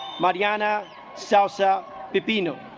madonna salsa de pinna